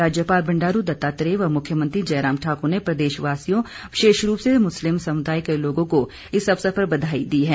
राज्यपाल बंडारू दत्तात्रेय व मुख्यमंत्री जयराम ठाकुर ने प्रदेशवासियों विशेष रूप से मुस्लिम समुदाय के लोगों को इस अवसर पर बधाई दी है